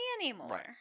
anymore